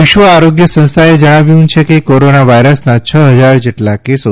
વિશ્વ આરોગ્ય સંસ્થાએ જણાવ્યું છે કે કોરોના વાઈરસના છ હજાર જેટલા કેસો